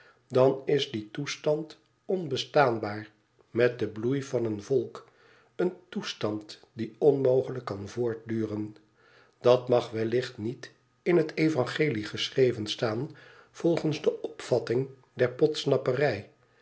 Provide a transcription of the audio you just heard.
dan is die toestand onbestaanbaar met den bloei van een volk een toestand die onmogelijk kan voortduren dat mag wellicht niet in het evangelie geschreven staan volgens de opvatting der podsnapperij